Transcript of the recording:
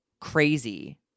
crazy